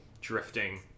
Drifting